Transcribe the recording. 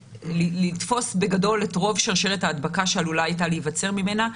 לתפוס בגדול את רוב שרשרת ההדבקה שעלולה הייתה להיווצר ממנה,